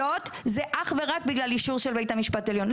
זה שיש התנחלויות זה אך ורק בגלל אישור של בית המשפט העליון.